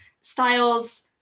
Styles